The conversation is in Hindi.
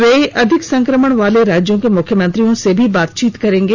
वे अधिक संक्रमण वाले राज्यों के मुख्यमंत्रियों से भी बातचीत करेंगे